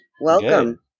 welcome